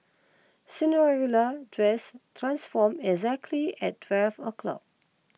Cinderella dress transform exactly at twelve o'clock